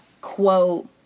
quote